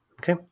Okay